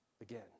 again